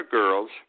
girls